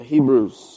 Hebrews